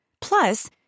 Plus